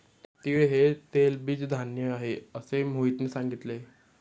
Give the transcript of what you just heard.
तीळ हे तेलबीज धान्य आहे, असे मोहितने सांगितले